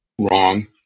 Wrong